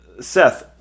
Seth